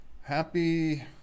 happy